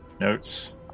Notes